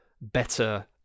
better